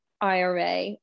IRA